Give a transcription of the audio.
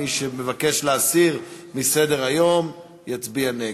מי שמבקש להסיר מסדר-היום יצביע נגד.